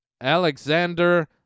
Alexander